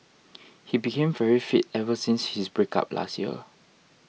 he became very fit ever since his breakup last year